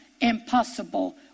impossible